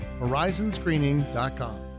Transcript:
Horizonscreening.com